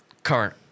current